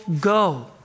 go